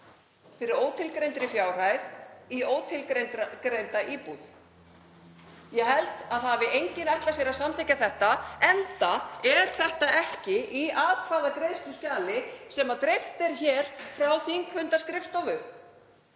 fyrir ótilgreindri fjárhæð í ótilgreinda íbúð. Ég held að það hafi enginn ætlað sér að samþykkja þetta enda er það ekki í atkvæðagreiðsluskjali sem dreift er frá þingfundaskrifstofu.